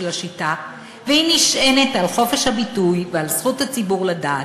השיטה והיא נשענת על חופש הביטוי ועל זכות הציבור לדעת.